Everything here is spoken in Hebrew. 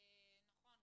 נכון,